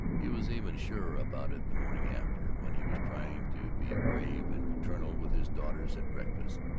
he was even surer about it the morning after, when he was trying to be grave and paternal with his daughters at breakfast.